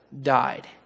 died